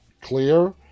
clear